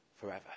forever